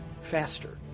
faster